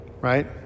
right